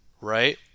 right